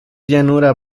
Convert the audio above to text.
llanura